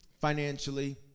financially